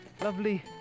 lovely